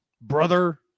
brother